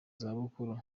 zabukuru